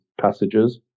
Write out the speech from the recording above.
passages